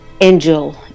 angel